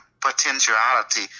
potentiality